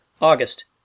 August